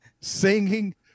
singing